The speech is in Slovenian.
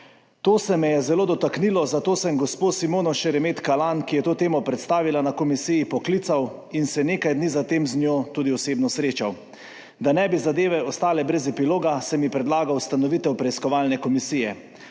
To se me je zelo dotaknilo, zato sem gospo Simono Šeremet Kalanj, ki je to temo predstavila na komisiji, poklical in se nekaj dni za tem z njo tudi osebno srečal. Da ne bi zadeve ostale brez epiloga, sem ji predlagal ustanovitev preiskovalne komisije.